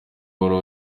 wari